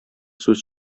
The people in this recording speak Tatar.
сүз